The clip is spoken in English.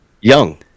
young